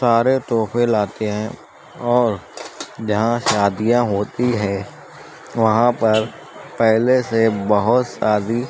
سارے تحفے لاتے ہیں اور جہاں شادیاں ہوتی ہے وہاں پر پہلے سے بہت سادی